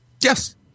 Yes